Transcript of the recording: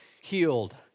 healed